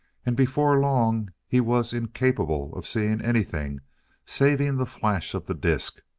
and before long he was incapable of seeing anything saving the flash of the disk,